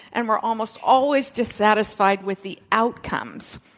and we're almost always dissatisfied with the outcomes.